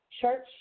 church